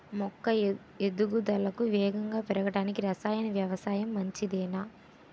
మొక్క ఎదుగుదలకు వేగంగా పెరగడానికి, రసాయన వ్యవసాయం మంచిదేనా?